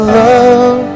love